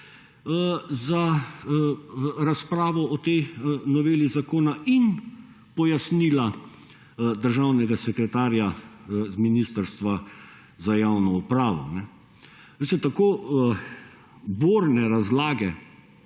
za razpravo o tej noveli zakona in pojasnila državnega sekretarja iz Ministrstva za javno upravo. Tako borne razlage